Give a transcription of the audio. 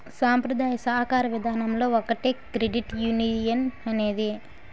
సాంప్రదాయ సాకార విధానంలో ఒకటే క్రెడిట్ యునియన్ అనేది